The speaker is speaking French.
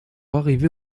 arriver